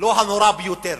איך אומרים, לא הנורא ביותר.